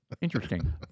Interesting